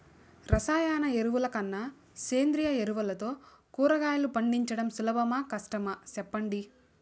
రసాయన ఎరువుల కన్నా సేంద్రియ ఎరువులతో కూరగాయలు పండించడం సులభమా కష్టమా సెప్పండి